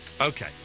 Okay